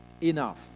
enough